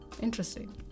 interesting